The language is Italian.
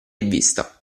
vista